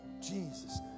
Jesus